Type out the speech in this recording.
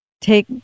take